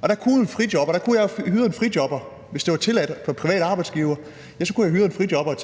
og der kunne jeg have hyret en frijobber. Hvis det var tilladt for private arbejdsgivere, ja, så kunne jeg have hyret en frijobber